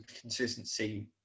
consistency